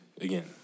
again